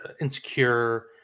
insecure